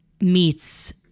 meets